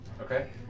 Okay